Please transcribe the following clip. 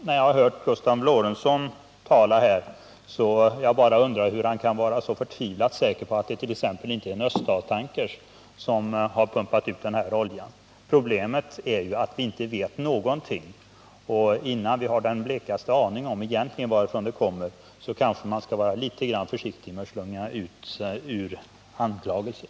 När jag hörde Gustav Lorentzon tala undrade jag hur han kan vara så förtvivlat säker på att det t.ex. inte är en öststatstanker som har pumpat ut den här oljan. Problemet är ju att vi inte vet någonting, och innan vi har den blekaste aning om varifrån oljan kommer bör vi kanske vara litet försiktiga med att slunga ut anklagelser.